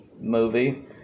movie